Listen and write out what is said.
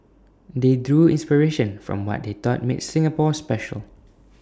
they drew inspiration from what they thought made Singapore special